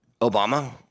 Obama